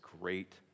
great